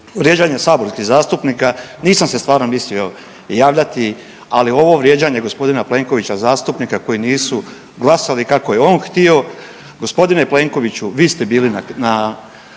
vrijeđanje saborskih zastupnika, nisam se stvarno mislio javljati, ali ovo vrijeđanje g. Plenkovića zastupnika koji nisu glasali kako je on htio. Gospodine Plenkoviću, vi ste bili na,